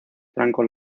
franco